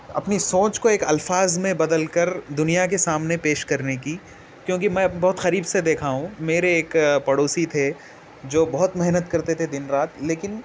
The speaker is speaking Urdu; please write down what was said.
اپنی سونچ کو ایک الفاظ میں بدل کر دُنیا کے سامنے پیش کرنے کی کیوں کہ میں بہت قریب سے دیکھا ہوں میرے ایک پڑوسی تھے جو بہت محنت کرتے تھے دِن رات لیکن